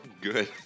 Good